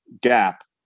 gap